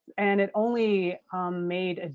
and it only made, ah